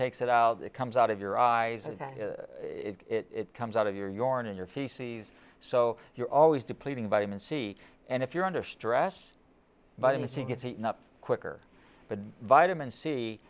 takes it out it comes out of your eyes and it comes out of your your and your feces so you're always depleting vitamin c and if you're under stress but anything it's heating up quicker than vitamin c